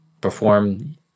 perform